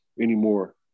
anymore